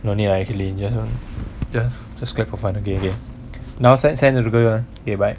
no need lah actually just just clap for fun only now send send to the girl ah okay bye